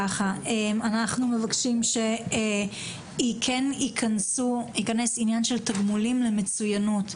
אנחנו מבקשים שייכנס עניין של תגמולים למצוינות,